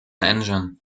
engine